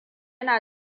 na